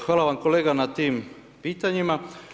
Hvala vam kolega na tim pitanjima.